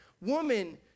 woman